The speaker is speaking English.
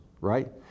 right